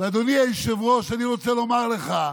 אדוני היושב-ראש, אני רוצה לומר לך,